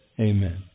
Amen